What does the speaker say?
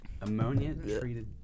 Ammonia-treated